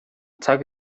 цаг